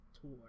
tour